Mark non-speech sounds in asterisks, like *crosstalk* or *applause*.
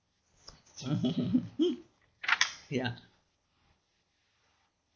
*laughs* ya